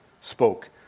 spoke